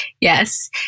Yes